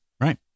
Right